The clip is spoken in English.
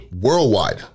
Worldwide